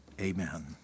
Amen